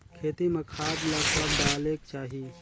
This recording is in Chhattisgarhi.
खेती म खाद ला कब डालेक चाही?